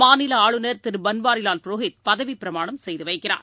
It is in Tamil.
மாநிலஆளுநர் திருபன்வாரிலால் புரோகித் பதவிபிரமாணம் செய்துவைக்கிறார்